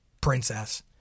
Princess